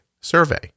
survey